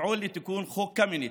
לפעול לתיקון חוק קמיניץ,